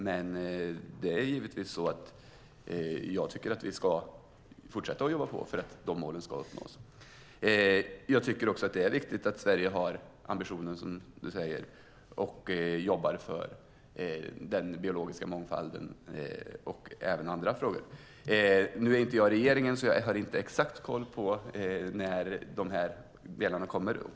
Men jag tycker givetvis att vi ska fortsätta att jobba för att dessa mål ska uppnås. Jag tycker också att det är viktigt att Sverige har ambitionen, som du säger, Désirée Liljevall, och jobbar för den biologiska mångfalden och även andra frågor. Nu sitter inte jag i regeringen, och jag har därför inte exakt koll på när dessa delar kommer.